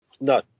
No